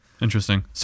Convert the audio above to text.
Interesting